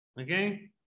Okay